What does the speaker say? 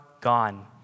gone